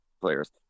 players